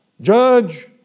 judge